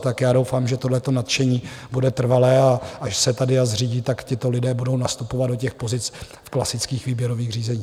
Tak já doufám, že tohleto nadšení bude trvalé a až se tady zřídí, tak tito lidé budou nastupovat do pozic v klasických výběrových řízeních.